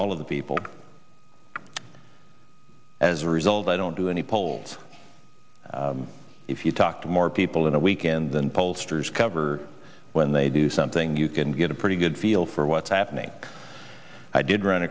all of the people as a result i don't do any polls if you talk to more people in a weekend than pollsters cover when they do something you can get a pretty good feel for what's happening i did run